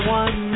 one